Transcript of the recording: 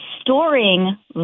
storing